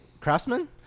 Craftsman